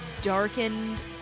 darkened